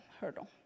hurdle